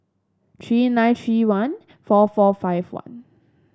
three nine three one four four five one